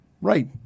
Right